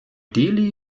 delhi